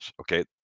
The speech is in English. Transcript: okay